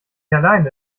alleine